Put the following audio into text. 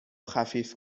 خفیف